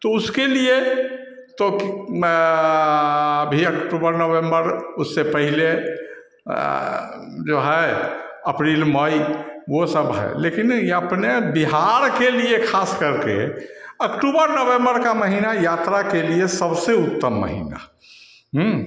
तो उसके लिए तो भी अक्टूबर नवम्बर उससे पहले जो है अप्रैल मई वह सब है लेकिन अपने बिहार के लिए खास करके अक्टूबर नवम्बर का महीना यात्रा के लिए सबसे उत्तम महीना